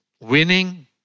winning